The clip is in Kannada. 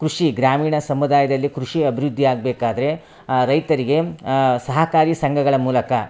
ಕೃಷಿ ಗ್ರಾಮೀಣ ಸಮುದಾಯದಲ್ಲಿ ಕೃಷಿ ಅಭಿವೃದ್ದಿ ಆಗಬೇಕಾದ್ರೆ ರೈತರಿಗೆ ಸಹಕಾರಿ ಸಂಘಗಳ ಮೂಲಕ